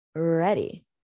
ready